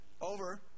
over